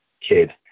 kid